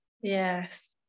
yes